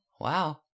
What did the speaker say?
wow